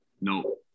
No